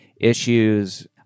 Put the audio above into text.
issues